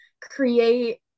create